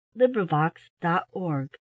LibriVox.org